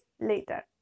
later